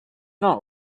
not